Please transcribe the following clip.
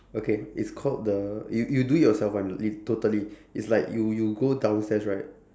okay it's called the you you do it yourself one is totally is like you you go downstairs right